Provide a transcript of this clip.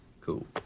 cool